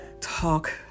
talk